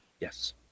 Yes